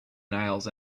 nails